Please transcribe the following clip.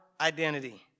identity